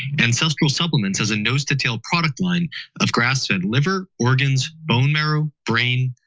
ancestral supplements has a nose to tail product line of grass-fed liver, organs, bone marrow, brain,